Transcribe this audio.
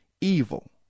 evil